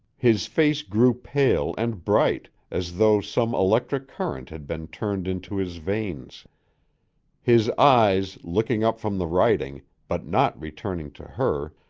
his face grew pale and bright as though some electric current had been turned into his veins his eyes, looking up from the writing, but not returning to her,